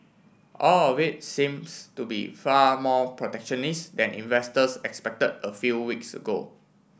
all of it seems to be far more protectionist than investors expected a few weeks ago